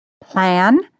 Plan